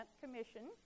commission